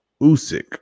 Usyk